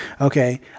okay